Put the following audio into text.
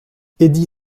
eddie